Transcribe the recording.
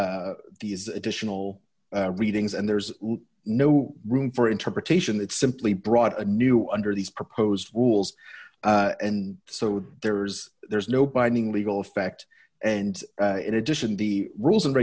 allow these additional readings and there's no room for interpretation it's simply brought a new under these proposed rules and so there's there's no binding legal effect and in addition the rules and